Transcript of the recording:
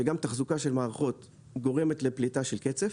כשגם תחזוקה של מערכות גורמת לפליטה של קצף.